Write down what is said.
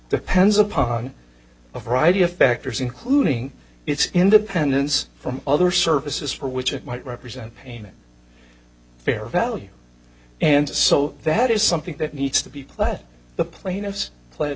depends upon a variety of factors including its independence from other services for which it might represent pain fair value and so that is something that needs to be pled the pla